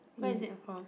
where is it from